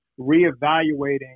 reevaluating